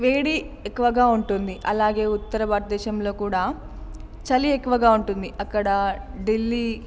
వేడి ఎక్కువగా ఉంటుంది అలాగే ఉత్తర భారతదేశంలో కూడా చలి ఎక్కువగా ఉంటుంది అక్కడ ఢిల్లీ